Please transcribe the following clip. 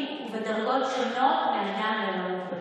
שונים ובדרגות שונות מאדם ללא מוגבלות.